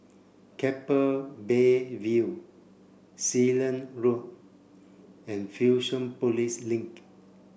Keppel Bay View Sealand Road and Fusionopolis Link